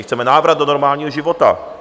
Chceme návrat do normálního života.